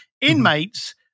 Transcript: Inmates